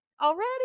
already